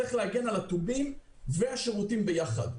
צריך להגן על הטובין והשירותים ביחד.